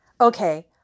Okay